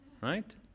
right